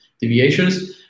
deviations